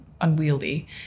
unwieldy